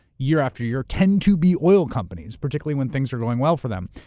year after year tend to be oil companies, particularly when things are going well for them.